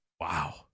Wow